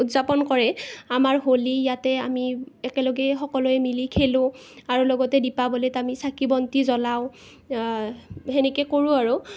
উদযাপন কৰে আমাৰ হোলী ইয়াতে আমি একেলগে সকলোৱে মিলি খেলোঁ আৰু দীপাৱলীত আমি একেলগে চাকি বন্তি জ্বলাওঁ সেনেকৈ কৰোঁ আৰু